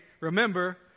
remember